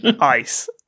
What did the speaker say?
Ice